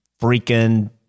freaking